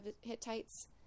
Hittites